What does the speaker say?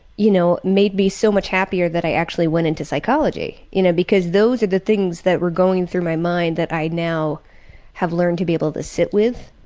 you know, made me so much happier that i actually went into psychology. you know, because those are the things that were going through my mind that i now have learned to be able to sit with.